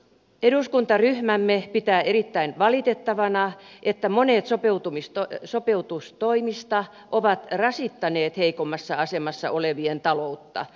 eduskuntaryhmämme pitää erittäin valitettavana että monet sopeutustoimista ovat rasittaneet heikoimmassa asemassa olevien taloutta